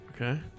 Okay